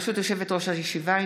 ברשות יושבת-ראש הישיבה,